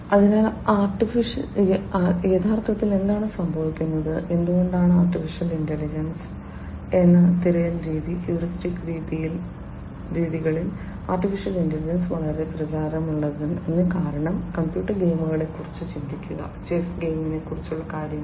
അതിനാൽ യഥാർത്ഥത്തിൽ എന്താണ് സംഭവിക്കുന്നത് എന്തുകൊണ്ടാണ് AI എന്ന തിരയൽ രീതി ഹ്യൂറിസ്റ്റിക് തിരയൽ രീതികൾ AI ൽ വളരെ പ്രചാരമുള്ളത് കാരണം കമ്പ്യൂട്ടർ ഗെയിമുകളെക്കുറിച്ച് ചിന്തിക്കുക ചെസ്സ് ഗെയിമിനെ കുറിച്ചുള്ള കാര്യങ്ങൾ